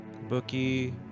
Bookie